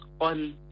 on